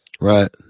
Right